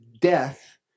death